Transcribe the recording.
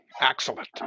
Excellent